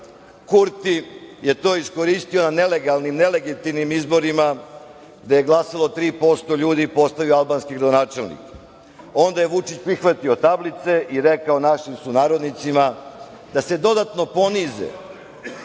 Kurti je to iskoristio na nelegalnim, nelegitimnim izborima gde je glasalo 3% ljudi i postavio albanske gradonačelnike. Onda je Vučić prihvatio tablice i rekao našim sunarodnicima da se dodatno ponize